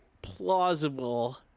plausible